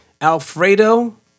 Alfredo